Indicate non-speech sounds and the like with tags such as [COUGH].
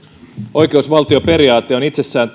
oikeusvaltioperiaate on itsessään [UNINTELLIGIBLE]